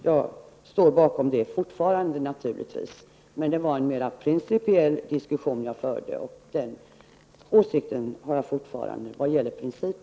Jag står naturligtvis fortfarande bakom det. Jag förde en principiell diskussion, och vad gäller principen har jag fortfarande samma åsikt.